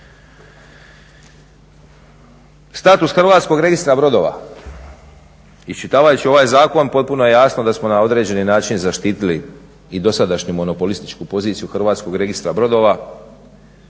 Status hrvatskog registra brodova iščitavajući ovaj zakon potpuno je jasno da smo na određeni način zaštitili i dosadašnju monopolističku poziciju hrvatskog registra brodova.